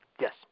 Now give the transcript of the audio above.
Yes